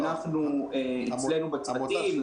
אצלנו בצוותים,